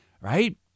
Right